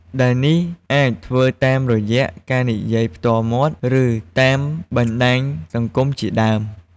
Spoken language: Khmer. ដែលនេះអាចធ្វើតាមរយៈការនិយាយផ្ទាល់មាត់ ឬតាមបណ្ដាញសង្គមជាដើម។